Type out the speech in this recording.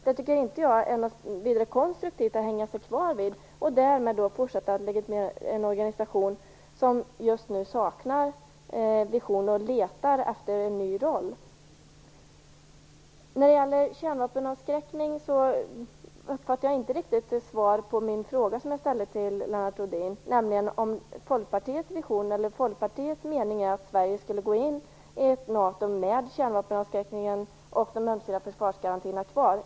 Det är inget konstruktivt att hänga sig kvar vid för att därmed fortsätta att legitimera en organisation som just nu saknar visioner och letar efter en ny roll. När det gäller kärnvapenavskräckning uppfattade jag inte riktigt något svar på den fråga som jag ställde till Lennart Rohdin, nämligen om Folkpartiets mening är att Sverige skall gå in i ett NATO med kärnvapenavskräckningen och de ömsesidiga försvarsgarantierna kvar.